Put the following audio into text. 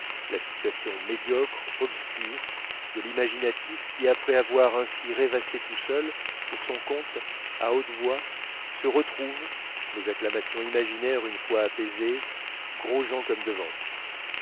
la situation médiocre obscure de l'imaginatif qui après avoir ainsi rêvassé tout seul pour son compte à haute voix se retrouve les acclamations imaginaires une fois apaisées gros-jean comme devant